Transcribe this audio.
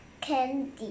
candy